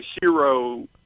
hero